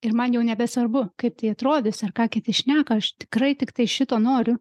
ir man jau nebesvarbu kaip tai atrodys ar ką kiti šneka aš tikrai tiktai šito noriu